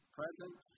present